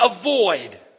avoid